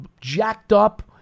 jacked-up